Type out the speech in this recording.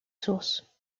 sources